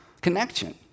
connection